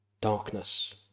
darkness